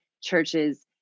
churches